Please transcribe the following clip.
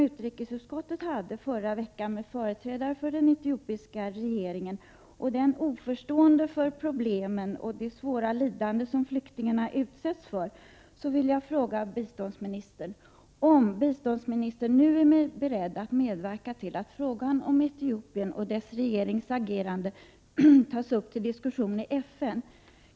Utrikesutskottet hade i förra veckan ett möte med företrädare för den etiopiska regeringen, som dock är oförstående för problemen och det svåra lidande som flyktingarna utsätts för. Jag vill därför fråga om biståndsministern nu är beredd att medverka till att frågan om Etiopien och dess regerings agerande kan tas upp till diskussion i FN.